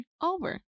over